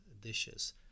dishes